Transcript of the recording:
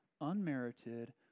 Unmerited